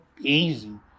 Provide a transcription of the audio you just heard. easy